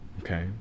Okay